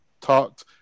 talked